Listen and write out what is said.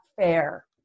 fair